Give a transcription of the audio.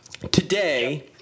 Today